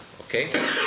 okay